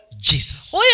Jesus